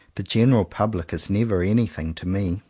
the general public is never any thing to me.